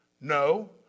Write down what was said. No